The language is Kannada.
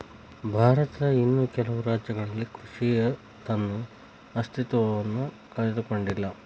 ಭಾರತದ ಇನ್ನೂ ಕೆಲವು ರಾಜ್ಯಗಳಲ್ಲಿ ಕೃಷಿಯ ತನ್ನ ಅಸ್ತಿತ್ವವನ್ನು ಕಂಡುಕೊಂಡಿಲ್ಲ